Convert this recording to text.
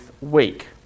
week